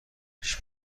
پیش